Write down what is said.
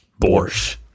borscht